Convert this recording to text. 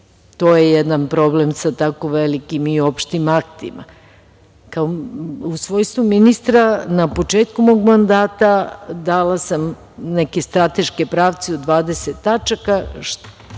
To je jedan problem sa tako velikim i opštim aktima.U svojstvu ministra na početku mog mandata dala sam neke strateške pravce od 20 tačaka